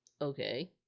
Okay